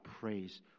praise